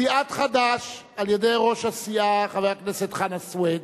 סיעת חד"ש, על-ידי ראש הסיעה חבר הכנסת חנא סוייד,